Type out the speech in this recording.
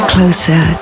Closer